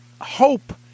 hope